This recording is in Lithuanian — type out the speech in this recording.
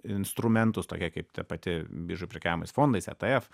instrumentus tokia kaip ta pati biržoje prekiaujamais fondais etf